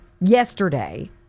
yesterday